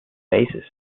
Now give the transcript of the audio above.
basis